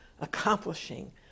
accomplishing